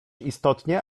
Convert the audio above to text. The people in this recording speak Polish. istotnie